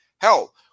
Hell